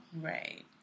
Right